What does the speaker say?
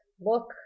look